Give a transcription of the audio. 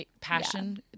passion